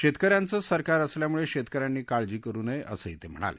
शेतक यांचंच सरकार असल्यामुळे शेतक यांनी काळजी करु नये असंही ते म्हणाले